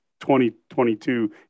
2022